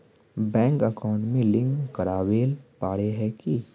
Bank account में link करावेल पारे है की?